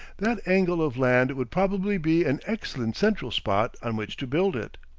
that angle of land would probably be an excellent central spot on which to build it.